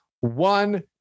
one